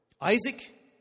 Isaac